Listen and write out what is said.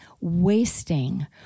wasting